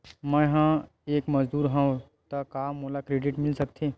मैं ह एक मजदूर हंव त का मोला क्रेडिट मिल सकथे?